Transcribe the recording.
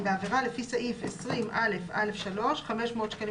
"(3)בעבירה לפי סעיף 20א(א)(3) 500 שקלים